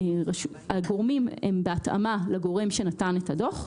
הגורמים הם בהתאמה לגורם שנתן את הדוח.